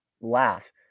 laugh